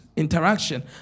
interaction